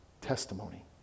testimony